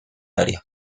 área